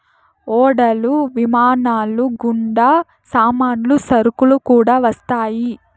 ఓడలు విమానాలు గుండా సామాన్లు సరుకులు కూడా వస్తాయి